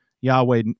Yahweh